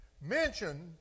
mention